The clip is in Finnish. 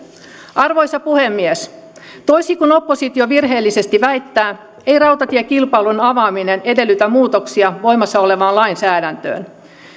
arvoisa puhemies toisin kuin oppositio virheellisesti väittää ei rautatiekilpailun avaaminen edellytä muutoksia voimassa olevaan lainsäädäntöön